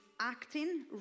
acting